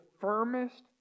firmest